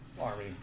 Army